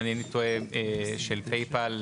אם אינני טועה של PayPal,